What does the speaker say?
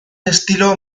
estilo